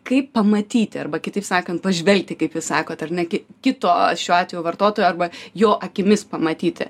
kaip pamatyti arba kitaip sakant pažvelgti kaip jūs sakot ar ne ki kito šiuo atveju vartotojo arba jo akimis pamatyti